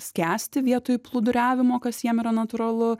skęsti vietoj plūduriavimo kas jiem yra natūralu